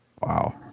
Wow